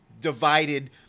divided